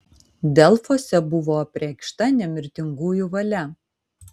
delfuose buvo apreikšta nemirtingųjų valia